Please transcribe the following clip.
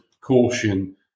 caution